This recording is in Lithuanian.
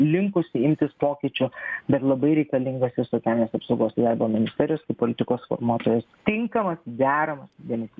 linkusi imtis pokyčių bet labai reikalingas socialinės apsaugos ir darbo ministerijos politikos formuotojas tinkamas deramas dėmesys